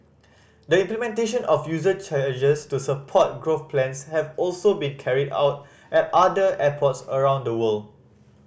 the implementation of user charges to support growth plans have also been carried out at other airports around the world